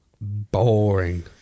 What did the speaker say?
Boring